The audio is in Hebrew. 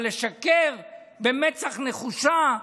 אבל לשקר במצח נחושה?